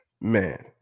Man